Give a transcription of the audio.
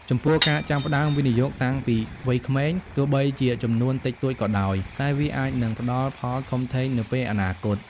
ចំពោះ ការចាប់ផ្តើមវិនិយោគតាំងពីវ័យក្មេង ទោះបីជាចំនួនតិចតួចក៏ដោយ តែវាអាចនឹងផ្តល់ផលធំធេងនៅពេលអនាគត។